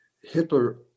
Hitler